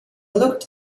looked